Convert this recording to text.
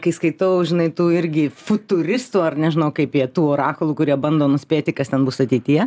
kai skaitau žinai tu irgi futuristų ar nežinau kaip jie tų orakulų kurie bando nuspėti kas ten bus ateityje